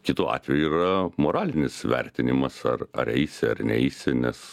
kitu atveju yra moralinis vertinimas ar ar eisi ar neisi nes